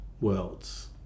worlds